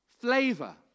Flavor